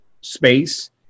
space